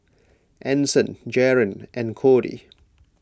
Anson Jaren and Cody